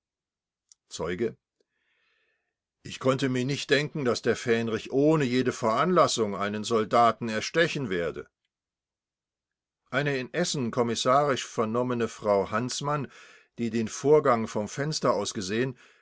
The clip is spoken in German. zeuge ich konnte mir nicht denken daß der fähnrich ohne jede veranlassung einen soldaten erstechen werde eine in essen kommissarisch vernommene frau hanßmann die den vorgang vom fenster aus gesehen